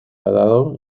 dado